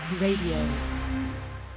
Radio